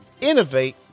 innovate